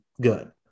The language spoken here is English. good